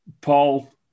Paul